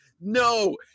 No